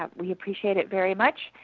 um we appreciate it very much.